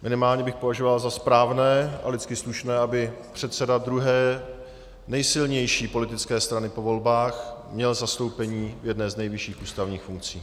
Minimálně bych považoval za správné a lidsky slušné, aby předseda druhé nejsilnější politické strany po volbách měl zastoupení v jedné z nejvyšších ústavních funkcí.